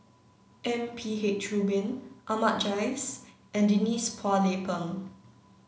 M P H Rubin Ahmad Jais and Denise Phua Lay Peng